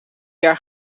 jaar